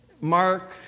Mark